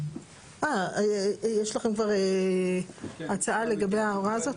אה, יש לכם כבר הצעה לגבי ההוראה הזאת?